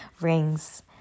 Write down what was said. rings